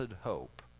hope